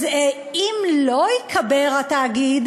אז אם לא ייקבר התאגיד